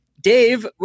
dave